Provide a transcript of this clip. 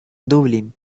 dublín